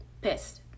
pissed